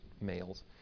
males